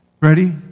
ready